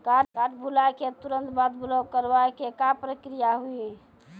Card भुलाए के तुरंत बाद ब्लॉक करवाए के का प्रक्रिया हुई?